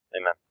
amen